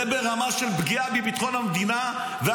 זה